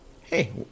Hey